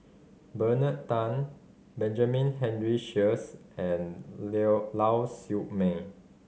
Bernard Tan Benjamin Henry Sheares and Lau Siew Mei